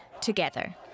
together